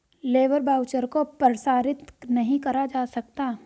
labour voucher को प्रसारित नहीं करा जा सकता